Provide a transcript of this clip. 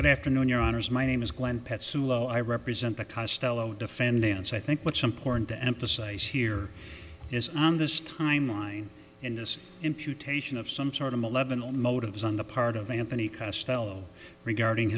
good afternoon your honour's my name is glenn pat soon i represent the castelo defendants i think what's important to emphasize here is on this timeline and this imputation of some sort of eleven all motives on the part of anthony costello regarding